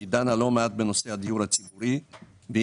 שהיא דנה לא מעט בנושא הדיור הציבורי והיא